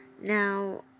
Now